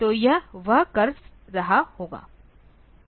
तो यह वह कर रहा होगा